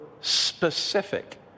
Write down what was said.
specific